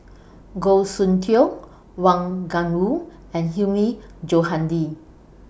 Goh Soon Tioe Wang Gungwu and Hilmi Johandi